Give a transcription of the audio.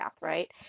Right